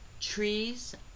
Trees